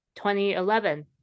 2011